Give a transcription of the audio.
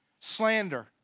slander